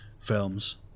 films